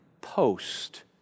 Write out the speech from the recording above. post